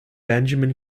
benjamin